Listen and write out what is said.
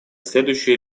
следующие